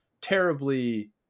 terribly